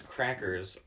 Crackers